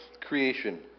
creation